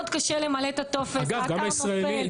מאוד קשה למלא את הטופס, האתר נופל.